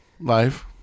life